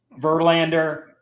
Verlander